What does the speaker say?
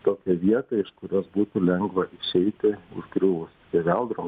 tokią vietą iš kurios būtų lengva išeiti užgriuvus skeveldrom